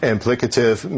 Implicative